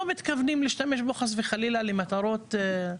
מתכוונים להשתמש בו חס וחלילה למטרות וכולי.